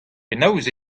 penaos